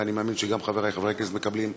ואני מאמין שגם חברי חברי הכנסת מקבלים,